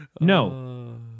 no